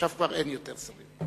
עכשיו כבר אין יותר שרים.